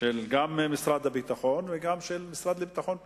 גם של משרד הביטחון וגם של המשרד לביטחון הפנים,